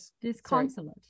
Disconsolate